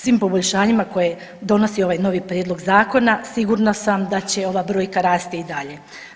Svim poboljšanjima koje donosi ovaj novi prijedlog zakona sigurna sad da će ova brojka rasti i dalje.